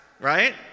right